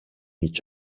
each